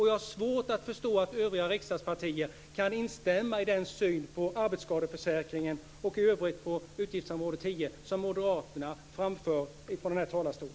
Jag har svårt att förstå att övriga riksdagspartier kan instämma i den syn på arbetsskadeförsäkringen och utgiftsområde 10 i övrigt som Moderaterna framför från denna talarstol.